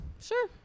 Sure